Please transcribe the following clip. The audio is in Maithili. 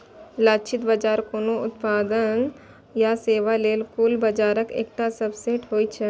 लक्षित बाजार कोनो उत्पाद या सेवा लेल कुल बाजारक एकटा सबसेट होइ छै